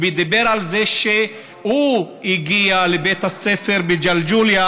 הוא דיבר על זה שהוא הגיע לבית הספר בג'לג'וליה